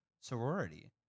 sorority